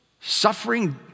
suffering